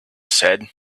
said